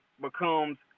becomes